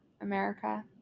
America